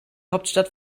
hauptstadt